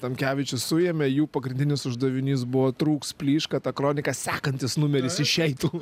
tamkevičių suėmė jų pagrindinis uždavinys buvo trūks plyš kad ta kronika sekantis numeris išeitų